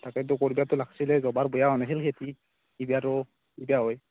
তাকেতো কৰিবাতো লাগিছিলে যোৱাবাৰ বেয়া হোৱা নাছিল খেতি এইবাৰো কি বা হয়